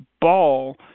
ball